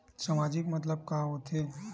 सामाजिक मतलब का होथे?